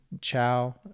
chow